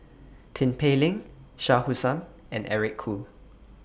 Tin Pei Ling Shah Hussain and Eric Khoo